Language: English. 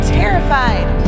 terrified